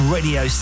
Radio